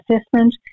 assessment